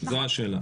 זו השאלה.